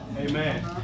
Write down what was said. Amen